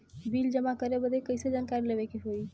Bill जमा करे बदी कैसे जानकारी लेवे के होई?